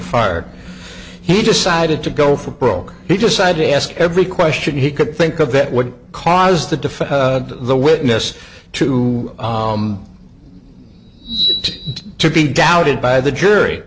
fired he decided to go for broke he decided to ask every question he could think of it would cause the defense the witness to to be doubted by the jury